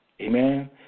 Amen